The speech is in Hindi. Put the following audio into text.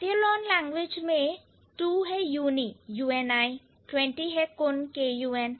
Meiteilon लैंग्वेज में 2 है uni 20 है kun